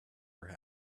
happen